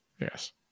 Yes